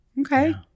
Okay